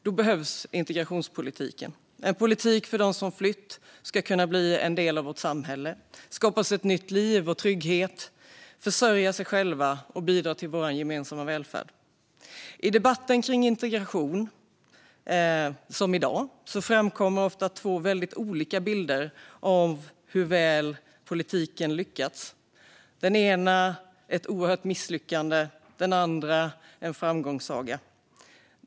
Då behövs integrationspolitiken - en politik för att de ska kunna bli en del av vårt samhälle, skapa sig ett nytt liv och trygghet och försörja sig själva och bidra till vår gemensamma välfärd. I debatten framkommer ofta två väldigt olika bilder av hur väl politiken lyckats. Den ena visar på ett oerhört misslyckande, den andra på en framgångssaga.